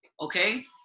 okay